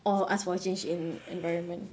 or ask for a change in environment